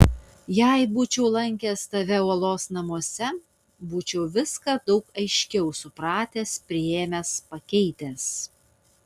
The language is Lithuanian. jei būčiau lankęs tave uolos namuose būčiau viską daug aiškiau supratęs priėmęs pakeitęs